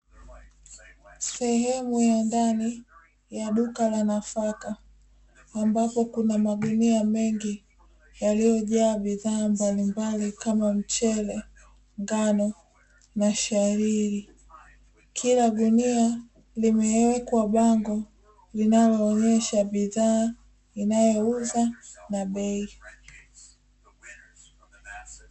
Sehemu ya ndani ya duka la nafaka ambapo kuna magunia mengi yaliolyojaa bidhaa mbalimbali kama mchele ,ngano na shariri, Kila gunia limewekwa bango linaloonyesha bidhaa inayouza na bei .